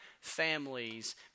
families